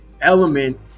element